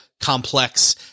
complex